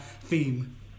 theme